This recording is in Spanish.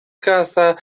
casa